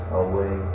away